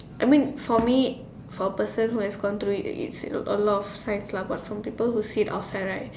I mean for me for a person who have come for it it's a lot of science lah right but for people who see it outside right